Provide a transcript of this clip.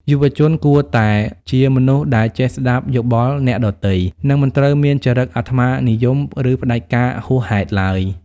យុវជនគួរតែ "ជាមនុស្សដែលចេះស្ដាប់យោបល់អ្នកដទៃ" និងមិនត្រូវមានចរិតអាត្មានិយម ឬផ្ដាច់ការហួសហេតុឡើយ។